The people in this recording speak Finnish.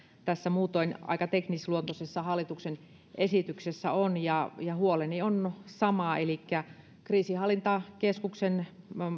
tässä muutoin aika teknisluontoisessa hallituksen esityksessä on huoleni on sama elikkä kriisinhallintakeskuksen